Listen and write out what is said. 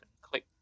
click